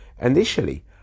initially